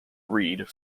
read